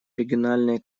региональные